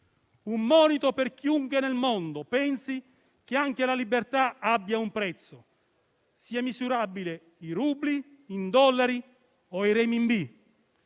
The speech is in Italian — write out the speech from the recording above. un monito per chiunque nel mondo pensi che anche la libertà abbia un prezzo, che sia misurabile in rubli, in dollari o in r*enminbi;*